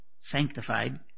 sanctified